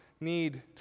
need